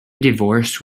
divorce